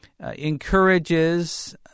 encourages